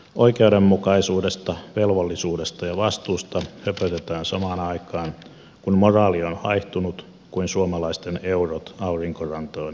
oikeudenmukaisuudesta velvollisuudesta ja vastuusta höpötetään samaan aikaan kun moraali on haihtunut kuin suomalaisten eurot aurinkorantojen hiekanjyvien sekaan